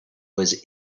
was